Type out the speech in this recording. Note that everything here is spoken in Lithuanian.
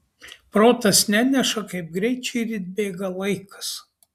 protas neneša kaip greit šįryt bėga laikas